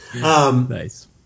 Nice